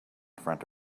front